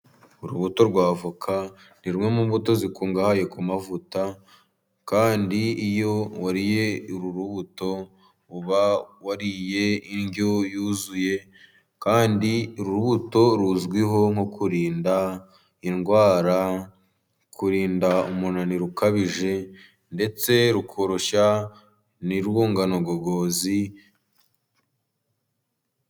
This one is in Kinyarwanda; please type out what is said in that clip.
Urubuto rwa avoka ni rumwe mu mbuto zikungahaye ku mavuta. Kandi iyo wariye uru rubuto uba wariye indyo yuzuye, kandi uru rubuto ruzwiho nko kurinda indwara, kurinda umunaniro ukabije ndetse rukoroshya n'urwungano ngogozi.